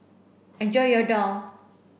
enjoy your Daal